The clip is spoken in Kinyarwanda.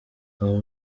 aho